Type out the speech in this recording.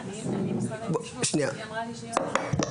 גם באמצעות מנגנון שבסוף תומך בדבר הזה.